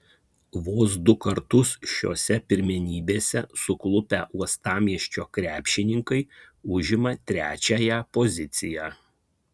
vos du kartus šiose pirmenybėse suklupę uostamiesčio krepšininkai užimą trečiąją poziciją